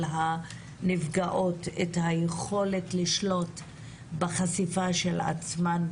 הנפגעות את היכולת לשלוט בחשיפה של עצמן,